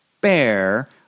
bear